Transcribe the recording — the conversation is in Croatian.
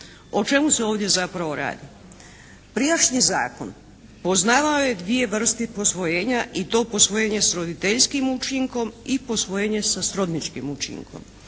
O čemu se ovdje zapravo radi? Prijašnji zakon poznavao je dvije vrste posvojenja i to posvojenje s roditeljskim učinkom i posvojenje sa srodničkim učinkom.